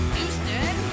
Houston